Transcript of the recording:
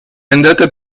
andata